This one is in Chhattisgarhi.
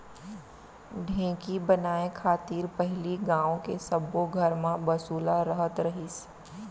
ढेंकी बनाय खातिर पहिली गॉंव के सब्बो घर म बसुला रहत रहिस